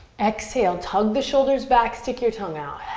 exhale, tug the shoulders back, stick your tongue out.